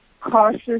cautious